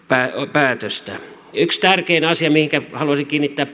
päätöksiä yksi tärkein asia mihinkä haluaisin kiinnittää